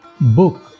Book